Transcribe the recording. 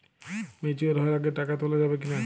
Mature হওয়ার আগে টাকা তোলা যাবে কিনা?